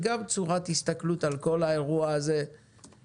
גם זאת צורת הסתכלות שונה על כל האירוע הזה אבל